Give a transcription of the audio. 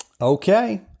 okay